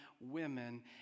women